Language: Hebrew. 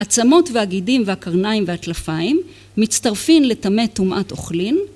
‫העצמות והגידים והקרניים והטלפיים ‫מצטרפים לטמא טומאת אוכלין